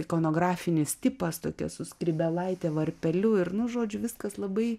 ikonografinis tipas tokia su skrybėlaite varpeliu ir nu žodžiu viskas labai